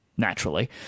naturally